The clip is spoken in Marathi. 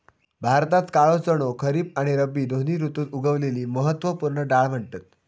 भारतात काळो चणो खरीब आणि रब्बी दोन्ही ऋतुत उगवलेली महत्त्व पूर्ण डाळ म्हणतत